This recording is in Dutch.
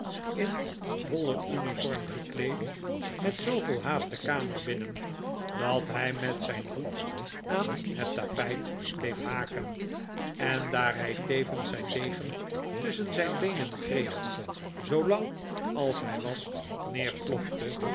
in voile uniform gekleed met zooveel haast de kamer binnen dat hij met zijn voet aan het tapijt bleef haken en daar hij tevens zijn degen tusschen zijn beenen kreeg zoo lang als hij was